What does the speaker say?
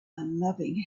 unloving